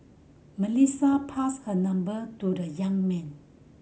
Melissa passed her number to the young man